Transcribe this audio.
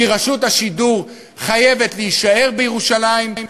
כי רשות השידור חייבת להישאר בירושלים,